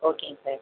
ஓகேங்க சார்